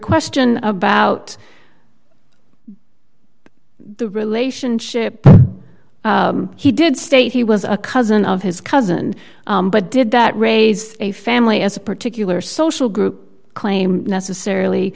question about the relationship he did state he was a cousin of his cousin but did that raise a family as a particular social group claim necessarily